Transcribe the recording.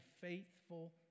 faithful